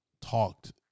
talked